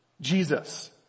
jesus